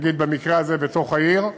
נגיד במקרה הזה בתוך העיר,